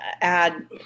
add